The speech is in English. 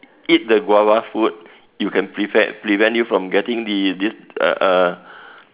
eat the guava fruit you can prevent prevent you from getting the this uh uh